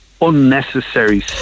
unnecessary